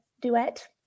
duet